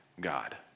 God